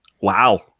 Wow